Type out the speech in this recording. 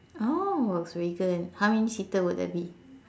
oh Volkswagen how many seater would that be